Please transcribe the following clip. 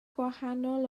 gwahanol